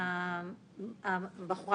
הבחורה